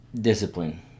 discipline